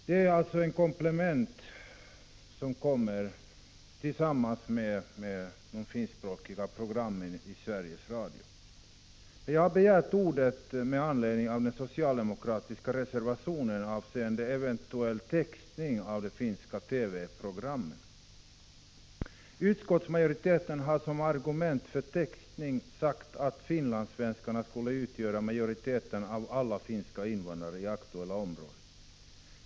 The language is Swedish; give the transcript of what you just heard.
Dessa sändningar kommer alltså nu som ett komplement till de finskspråkiga programmen i Sveriges Radio. Jag har begärt ordet med anledning av den socialdemokratiska reservationen avseende eventuell textning av de finska TV-programmen. Utskottsmajoriteten nämner som ett argument för textning att finlandssvenskarna utgör majoriteten av alla finska invandrare i det aktuella området.